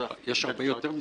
יש הרבה יותר מזה.